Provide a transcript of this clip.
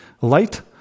light